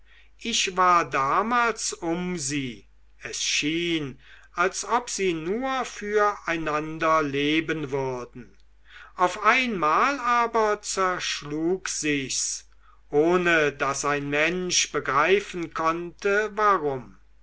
ich war damals um sie es schien als ob sie nur füreinander leben würden auf einmal aber zerschlug sich's ohne daß ein mensch begreifen konnte warum